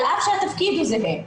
על אף שהתפקיד הוא זהה.